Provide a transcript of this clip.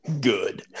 Good